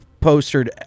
postered